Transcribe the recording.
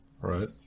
Right